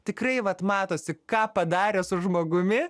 tikrai vat matosi ką padarė su žmogumi